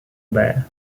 bij